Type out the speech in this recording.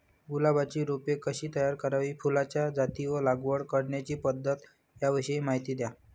गुलाबाची रोपे कशी तयार करावी? फुलाच्या जाती व लागवड करण्याची पद्धत याविषयी माहिती द्या